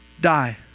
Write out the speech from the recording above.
die